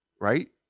Right